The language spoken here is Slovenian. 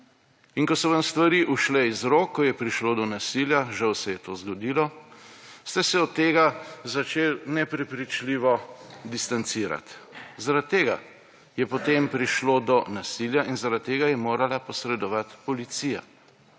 In ko so vam stvari ušle iz rok, ko je prišlo do nasilja, žal se je to zgodilo, ste se od tega začeli neprepričljivo distancirati. Zaradi tega je potem prišlo do nasilja in zaradi tega je morala posredovati policija.